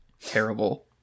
terrible